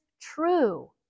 true